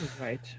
right